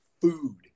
food